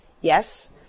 yes